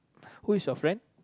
who is your friend